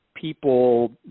People